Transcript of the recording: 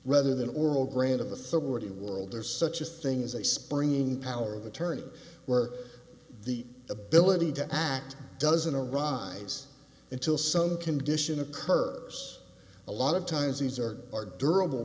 rather than oral grant of the forwarding world there's such a thing as a springing power of attorney where the ability to act doesn't arise until some condition occurs a lot of times these are our durable